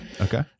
Okay